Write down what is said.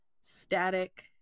static